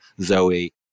Zoe